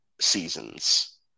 seasons